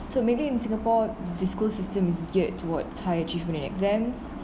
so maybe in singapore the school system is geared towards high achievement and exams